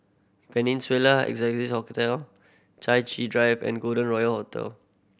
Peninsula Excelsior Hotel Chai Chee Drive and Golden Royal Hotel